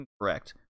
incorrect